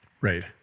right